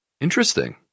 interesting